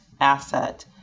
asset